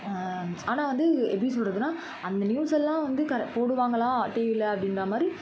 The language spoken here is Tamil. ஆனால் வந்து எப்படி சொல்கிறதுனா அந்த நியூஸெல்லாம் வந்து கரெ போடுவாங்களா டிவியில அப்படின்ற மாதிரி